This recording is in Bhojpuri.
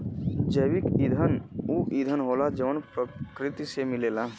जैविक ईंधन ऊ ईंधन होला जवन प्रकृति से मिलेला